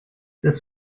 this